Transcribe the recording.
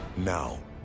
now